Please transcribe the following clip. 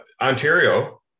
Ontario